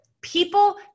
People